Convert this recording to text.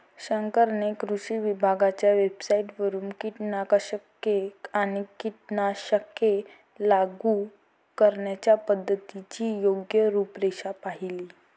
शंकरने कृषी विभागाच्या वेबसाइटवरून कीटकनाशके आणि कीटकनाशके लागू करण्याच्या पद्धतीची योग्य रूपरेषा पाहिली